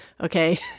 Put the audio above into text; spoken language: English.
Okay